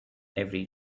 every